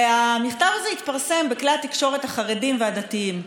המכתב הזה התפרסם בכלי התקשורת החרדיים והדתיים.